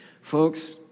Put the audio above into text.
Folks